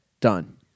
Done